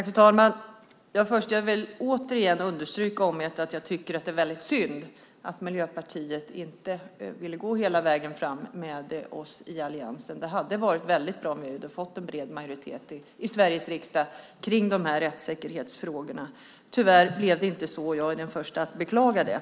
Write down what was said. Fru talman! Jag vill återigen understryka att jag tycker att det är väldigt synd att Miljöpartiet inte vill gå hela vägen fram med oss i alliansen. Det hade varit väldigt bra om vi hade fått en bred majoritet i Sveriges riksdag om de här rättssäkerhetsfrågorna. Tyvärr blev det inte så, och jag är den första att beklaga det.